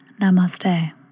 Namaste